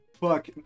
Fuck